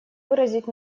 выразить